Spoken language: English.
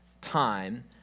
time